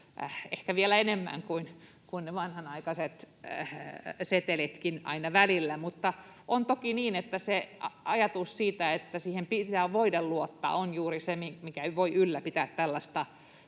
ehkä vielä enemmänkin kuin ne vanhanaikaiset setelit aina välillä. Mutta on toki niin, että se ajatus, että siihen pitää voida luottaa, on juuri se, mikä voi ylläpitää tällaista